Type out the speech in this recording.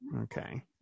Okay